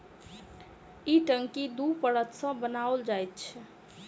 ई टंकी दू परत सॅ बनाओल जाइत छै